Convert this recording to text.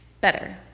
Better